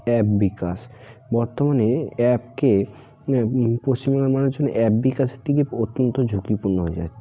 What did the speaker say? app Bikash বর্তমানে অ্যাপকে পশ্চিমবঙ্গের মানুষজন অ্যাপ বিকাশটিকে অত্যন্ত ঝুঁকিপূর্ণ হয়ে যাচ্ছে